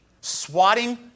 swatting